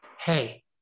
hey